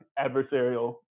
adversarial